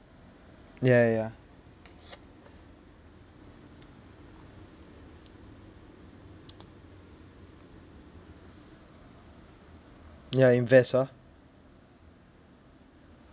ya ya ya ya invest ah